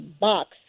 box